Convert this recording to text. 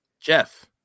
Jeff